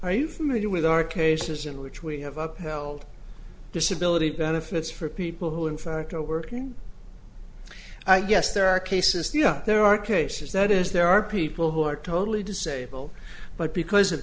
are you familiar with our cases in which we have upheld disability benefits for people who in fact are working i guess there are cases there are cases that is there are people who are totally disabled but because of